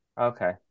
Okay